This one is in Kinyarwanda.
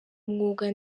umwuga